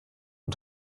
und